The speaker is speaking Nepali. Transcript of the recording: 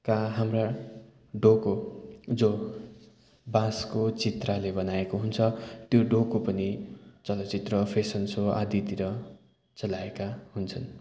का हाम्रा डोको जो बाँसको चित्राले बनाएको हुन्छ त्यो डोको पनि चलचित्र फेसन सो आदितिर चलाएका हुन्छन्